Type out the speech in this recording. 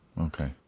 Okay